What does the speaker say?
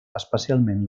especialment